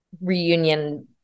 reunion